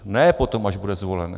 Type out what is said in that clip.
Ne potom, až bude zvolen.